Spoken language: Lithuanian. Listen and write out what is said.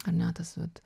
ar ne tas vat